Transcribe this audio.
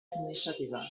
administrativa